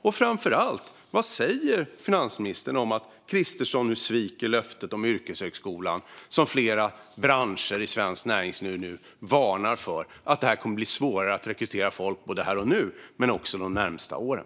Och framför allt - vad säger finansministern om att Kristersson sviker löftet om yrkeshögskolan? Flera branscher i svenskt näringsliv varnar ju för att det kommer att bli svårare att rekrytera folk både här och nu och de närmaste åren.